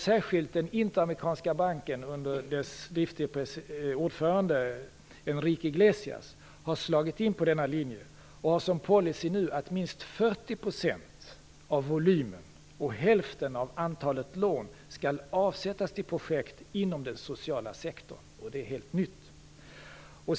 Särskilt har Interamerikanska banken under sin driftige ordförande Enrique Iglesias slagit in på denna linje och har nu som policy att minst 40 % av lånevolymen och hälften av antalet lån skall avsättas till projekt inom den sociala sektorn. Det är något helt nytt.